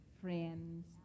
friends